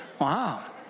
Wow